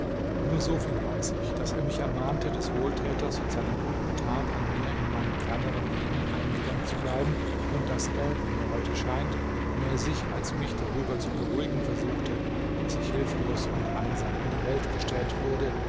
nur so viel weiß ich daß er mich ermahnte des wohltäters und seiner guten tat an mir in meinem ferneren leben eingedenk zu bleiben und daß er wie mir heute scheint mehr sich als mich darüber zu beruhigen versuchte daß ich hilflos und einsam in die welt gestellt würde